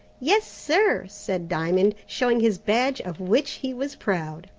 yes, sir said diamond, showing his badge, of which, he was proud.